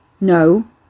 No